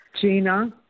Gina